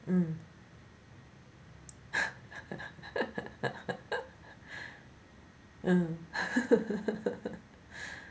mm uh